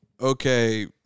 okay